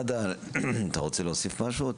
נציג מד"א, אתה רוצה להוסיף משהו?